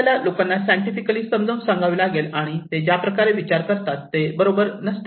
आपल्याला लोकांना सायंटिफिकली समजावून सांगावे लागेल आणि ते ज्याप्रकारे विचार करतात ते बरोबर नसते